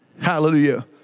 Hallelujah